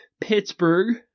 Pittsburgh